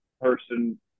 person